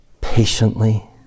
patiently